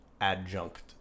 adjunct